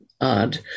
odd